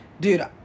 Dude